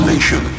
Nation